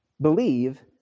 believe